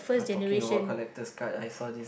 ah talking about collector's card I saw this